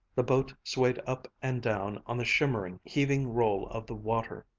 the boat swayed up and down on the shimmering, heaving roll of the water,